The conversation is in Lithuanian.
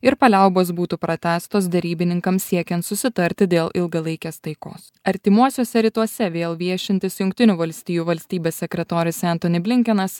ir paliaubos būtų pratęstos derybininkam siekiant susitarti dėl ilgalaikės taikos artimuosiuose rytuose vėl viešintis jungtinių valstijų valstybės sekretorius antoni blinkenas